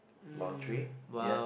lottery